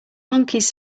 monkeys